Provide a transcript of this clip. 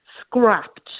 scrapped